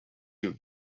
you